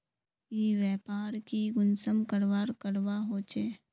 ई व्यापार की कुंसम करवार करवा होचे?